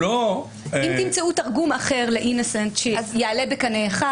אם תמצאו תרגום אחר ל-אינוסנט שיעלה בקנה אחד.